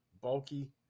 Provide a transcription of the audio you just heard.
bulky